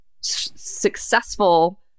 successful